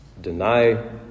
deny